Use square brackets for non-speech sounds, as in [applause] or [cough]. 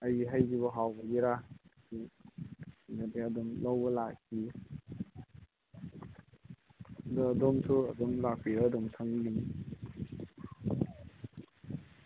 ꯑꯩꯒꯤ ꯍꯩꯁꯤꯕꯨ ꯍꯥꯎꯕꯒꯤꯔꯥ [unintelligible] ꯑꯗꯨꯝ ꯂꯧꯕ ꯂꯥꯛꯄꯤꯌꯦ ꯑꯗ ꯑꯗꯣꯝꯁꯨ ꯑꯗꯨꯝ ꯂꯥꯛꯄꯤꯔꯥ ꯑꯗꯨꯝ ꯈꯪꯕꯤꯒꯅꯤ